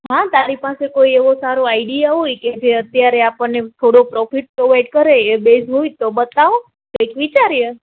હા તારી પાસે કોઈ એવો સારો આઇડિયા હોય કે જે અત્યારે આપણને થોડોક પ્રોફિટ પ્રોવાઇડ કરે એ બેસ હોય તો બતાવો કઈક વિચારીએ